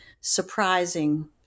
surprising